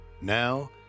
Now